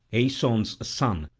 aeson's son,